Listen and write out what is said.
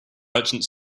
merchant